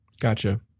Gotcha